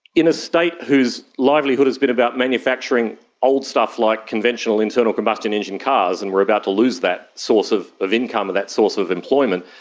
in a state whose livelihood has been about manufacturing old stuff like conventional internal combustion engine cars, and we are about to lose that source of of income and that source of employment,